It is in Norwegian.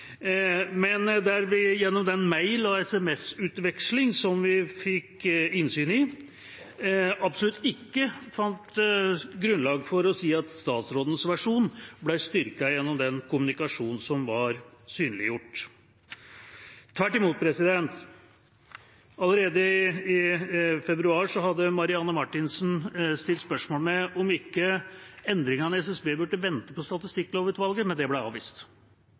vi fikk innsyn i, fant vi absolutt ikke grunnlag for å si at statsrådens versjon ble styrket gjennom den kommunikasjonen som var synliggjort – tvert imot. Allerede i februar hadde Marianne Marthinsen stilt spørsmål ved om ikke endringene i SSB burde vente på Statistikklovutvalget, men det ble avvist.